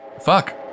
fuck